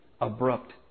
abrupt